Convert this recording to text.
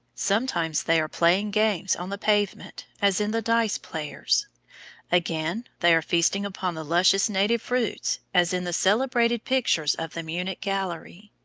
sometimes they are playing games on the pavement, as in the dice players again, they are feasting upon the luscious native fruits, as in the celebrated pictures of the munich gallery.